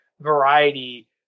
variety